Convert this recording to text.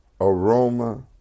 aroma